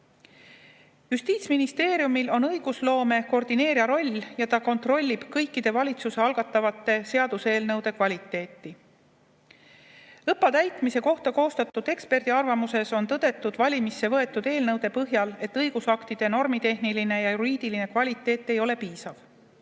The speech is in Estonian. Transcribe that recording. läbipaistvalt. Justiitsministeeriumil on õigusloome koordineerija roll ja ta kontrollib kõikide valitsuse algatatud seaduseelnõude kvaliteeti. ÕPPA täitmise kohta koostatud eksperdiarvamuses on tõdetud valimisse võetud eelnõude põhjal, et õigusaktide normitehniline ja juriidiline kvaliteet ei ole piisav.